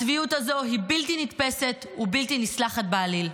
הצביעות הזו היא בלתי נתפסת ובלתי נסלחת בעליל.